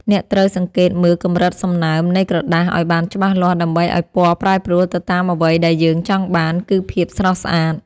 អ្នកត្រូវសង្កេតមើលកម្រិតសំណើមនៃក្រដាសឱ្យបានច្បាស់លាស់ដើម្បីឱ្យពណ៌ប្រែប្រួលទៅតាមអ្វីដែលយើងចង់បាន គឺ ភាពស្រស់ស្អាត។